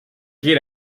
geen